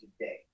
today